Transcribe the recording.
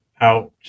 out